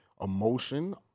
emotion